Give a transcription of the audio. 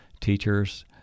teachers